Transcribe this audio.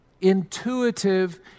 intuitive